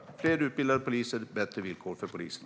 Vi ska ha fler utbildade poliser och bättre villkor för polisen.